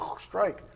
strike